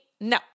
No